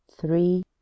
three